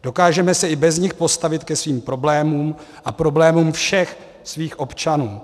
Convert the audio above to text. Dokážeme se i bez nich postavit ke svým problémům a problémům všech svých občanů.